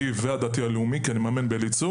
וגם בדתי הלאומי כי אני מאמן באליצור